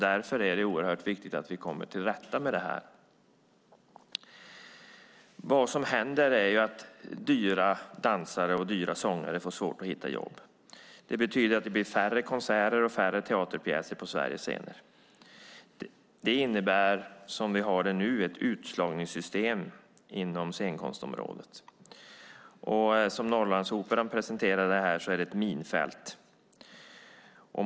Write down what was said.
Därför är det oerhört viktigt att vi kommer till rätta med det här. Vad som händer är att dyra dansare och dyra sångare får svårt att hitta jobb. Det betyder att det blir färre konserter och färre teaterpjäser på Sveriges scener. Det innebär, som vi har det nu, ett utslagningssystem inom scenkonstområdet. Som Norrlandsoperan presenterade här är det ett minfält.